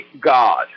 God